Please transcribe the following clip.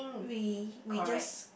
we we just